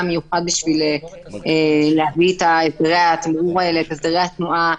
מיוחד כדי לבצע את הסדרי התימרור ואת הסדרי התנועה.